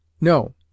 No